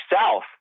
South